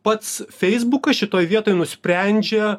pats feisbukas šitoj vietoj nusprendžia